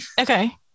Okay